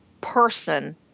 person